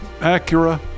Acura